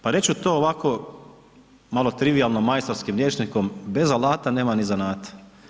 Pa reći ću to ovako malo trivijalno majstorskim rječnikom, bez alata nema ni zanata.